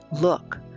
look